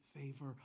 favor